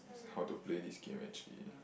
how to play is game actually